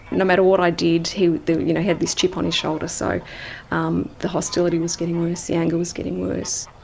no matter what i did he you know had this chip on his shoulder, so um the hostility was getting worse, the anger was getting worse.